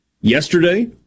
yesterday